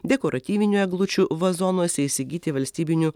dekoratyvinių eglučių vazonuose įsigyti valstybinių